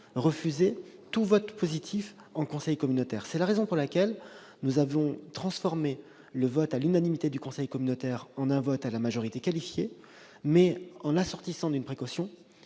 principe, tout vote positif au sein du conseil. C'est la raison pour laquelle nous avons transformé le vote à l'unanimité du conseil communautaire en un vote à la majorité qualifiée, mais en assortissant cette modification